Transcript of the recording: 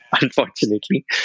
Unfortunately